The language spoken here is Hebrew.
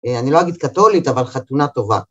אני לא אגיד קתולית, אבל חתונה טובה.